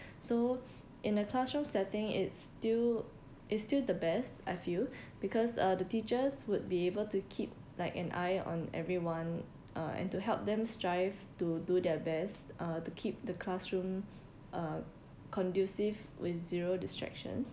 so in a classroom setting it's still it's still the best I feel because uh the teachers would be able to keep like an eye on everyone uh and to help them strive to do their best uh to keep the classroom uh conducive with zero distractions